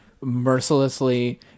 Mercilessly